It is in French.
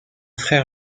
frère